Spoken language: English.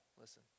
listen